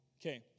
Okay